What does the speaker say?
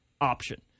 option